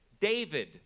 David